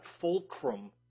fulcrum